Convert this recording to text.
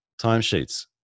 Timesheets